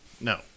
no